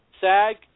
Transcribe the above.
SAG